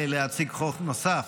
אני אעלה להציג חוק נוסף.